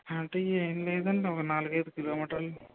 అంటే ఏం లేదండీ ఒక నాలుగైదు కిలోమీటర్లు